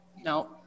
No